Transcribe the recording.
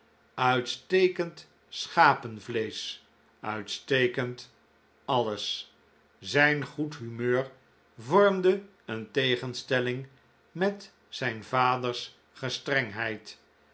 uitstekend schapenvleesch uitstekend alles zijn goed humeur vormde een tegenstelling met zijn vaders